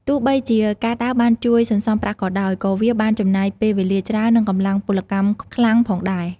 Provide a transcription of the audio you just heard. ទោះបីជាការដើរបានជួយសន្សំប្រាក់ក៏ដោយ ក៏វាបានចំណាយពេលវេលាច្រើននិងកម្លាំងពលកម្មខ្លាំងផងដែរ។